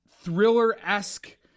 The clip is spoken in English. thriller-esque